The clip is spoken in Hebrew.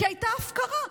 כי הייתה הפקרה,